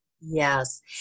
Yes